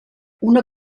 una